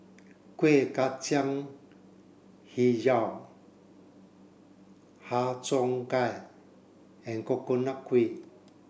Kuih Kacang Hijau Har Cheong Gai and Coconut Kuih